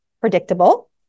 predictable